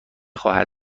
خواهند